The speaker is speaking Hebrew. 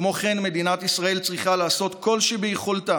כמו כן, מדינת ישראל צריכה לעשות כל שביכולתה